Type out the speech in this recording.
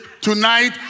tonight